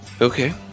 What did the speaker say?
Okay